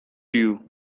you